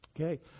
Okay